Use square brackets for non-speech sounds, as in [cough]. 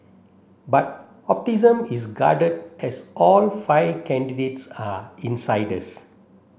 but [unintelligible] is guarded as all five candidates are insiders